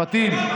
פטין,